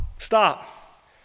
stop